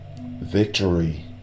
victory